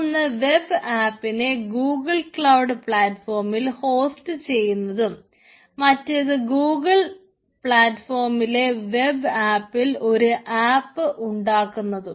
ഒന്ന് വെബ് ആപ്പിനെ Google cloud പ്ലാറ്റ്ഫോമിൽ ഹോസ്റ്റ് ചെയ്യുന്നതും മറ്റേത് ഗൂഗിൾ പ്ലാറ്റ്ഫോമിലെ വെബ് ആപ്പിൽ ഒരു ആപ്പ് ഉണ്ടാക്കുന്നതും